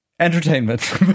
Entertainment